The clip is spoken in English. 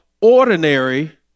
ordinary